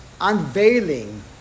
unveiling